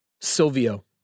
Silvio